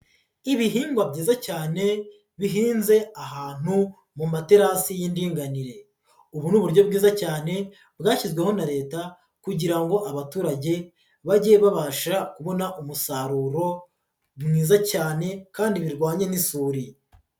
Ibihingwa byiza cyane bihinze ahantu mu materasi y'indinganire. Ubu ni uburyo bwiza cyane bwashyizweho na Leta kugira ngo abaturage bajye babasha kubona umusaruro mwiza cyane kandi birwanye n'isuri.